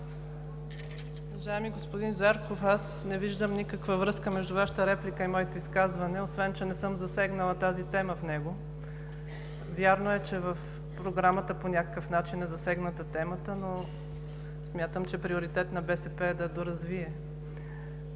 Уважаеми господин Зарков, аз не виждам никаква връзка между Вашата реплика и моето изказване, освен че не съм засегнала тази тема в него. Вярно е, че в Програмата по някакъв начин е засегната темата, но смятам, че приоритет на БСП е да я доразвие.